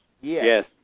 Yes